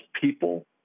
people